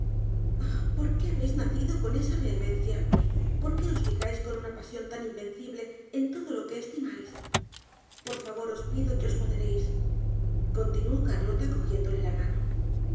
qué habéis nacidocon esa vehemencia por qué os fijáis con una pasión tan invencible en todo lo que estimáis por favor os pido que os moderéis continuó carlota cogiéndole la mano